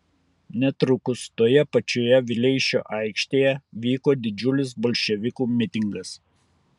netrukus toje pačioje vileišio aikštėje vyko didžiulis bolševikų mitingas